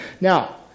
Now